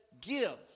give